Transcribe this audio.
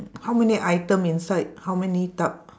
how many item inside how many type